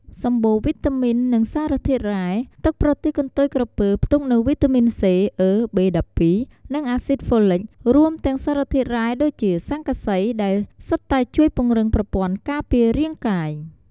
សម្បូរវីតាមីន និងសារធាតុរ៉ែ ទឹកប្រទាលកន្ទុយក្រពើផ្ទុកនូវវីតាមីន C, E, B12 និងអាស៊ីតហ្វូលិក រួមទាំងសារធាតុរ៉ែដូចជា ស័ង្កសី ដែលសុទ្ធតែជួយពង្រឹងប្រព័ន្ធការពាររាងកាយ។